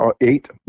eight